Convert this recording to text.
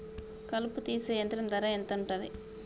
కలుపు తీసే యంత్రం ధర ఎంతుటది?